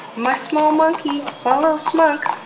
my small monkey, my li'l smunk.